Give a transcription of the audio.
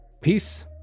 Peace